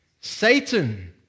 Satan